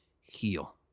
heal